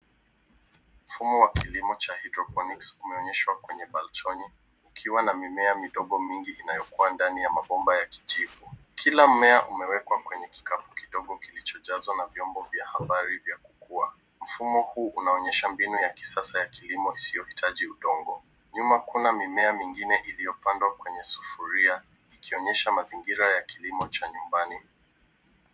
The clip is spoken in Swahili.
Mfumo wa kilimo cha hydroponics umeonyeshwa kwenye balcony ukiwa na mimea midogo mingi inayokua ndani ya mabomba ya kijivu. Kila mmea umewekwa kwenye kikapu kidogo kilichojazwa na vyombo vya habari vya kukua. Mfumo huu unaonyesha mbinu ya kisasa ya kilimo isiyohitaji udongo. Nyuma kuna mimea mingine iliyopandwa kwenye sufuria ikionyesha mazingira ya kilimo cha nyumbani.